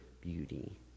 beauty